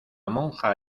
monja